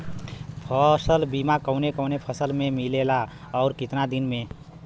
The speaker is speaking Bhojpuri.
फ़सल बीमा कवने कवने फसल में मिलेला अउर कितना दिन में?